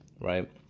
right